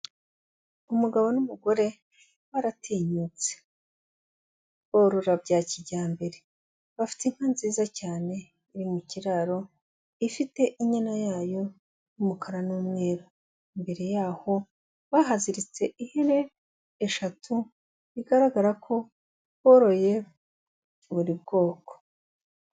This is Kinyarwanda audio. Umugabo n'umugore baratinyutse, borora bya kijyambere, bafite inka nziza cyane iri mu kiraro ifite inyana yayo y'umukara n'umweru, imbere yaho bahaziritse ihene eshatu, bigaragara ko boroye buri bwoko.